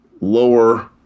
lower